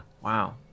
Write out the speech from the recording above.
Wow